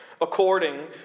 according